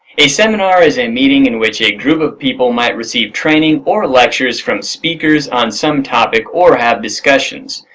a seminar is a meeting in which a group of people might receive training or lectures from speakers on some topic or have discussions.